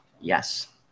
Yes